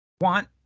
want